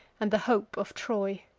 and the hope of troy.